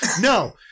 No